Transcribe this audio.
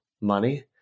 money